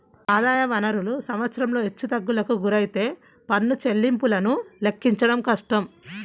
ఆదాయ వనరులు సంవత్సరంలో హెచ్చుతగ్గులకు గురైతే పన్ను చెల్లింపులను లెక్కించడం కష్టం